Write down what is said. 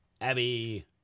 Abby